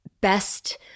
best